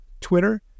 Twitter